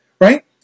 right